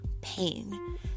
pain